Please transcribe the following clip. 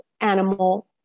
animal